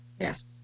Yes